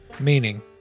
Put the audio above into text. meaning